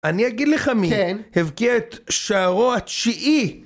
אני אגיד לך מי הבקיע את שערו התשיעי